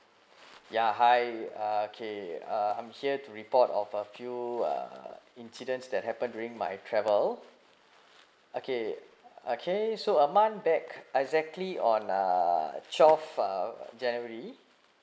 ya hi okay uh I'm here to report of a few uh incidents that happened during my travel okay okay so a month back exactly on uh twelve uh january